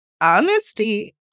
honesty